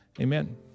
Amen